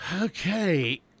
Okay